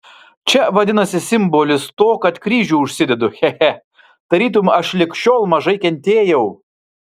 čia vadinasi simbolis to kad kryžių užsidedu che che tarytum aš lig šiol mažai kentėjau